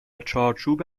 چارچوب